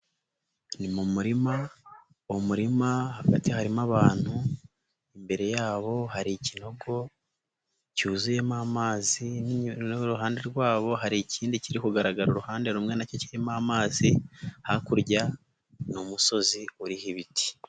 Ni mu murima, umurima hagati harimo abantu imbere yabo hari ikinogo cyuzuyemo amazi n'uruhande rwabo hari ikindi kiri kugaragara uruhande rumwe nacyo kirimo amazi, hakurya ni umusozi uriho ibiti.